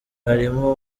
harimo